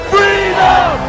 Freedom